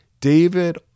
David